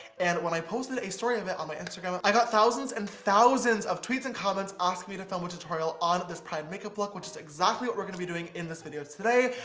and when i posted a story of it on my instagram, i got thousands and thousands of tweets and comments asking me to film a tutorial on this pride makeup look, which is exactly what we're gonna be doing in this video today.